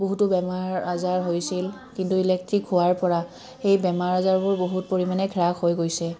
বহুতো বেমাৰ আজাৰ হৈছিল কিন্তু ইলেক্ট্ৰিক হোৱাৰ পৰা সেই বেমাৰ আজাৰবোৰ বহুত পৰিমাণে হ্ৰাস হৈ গৈছে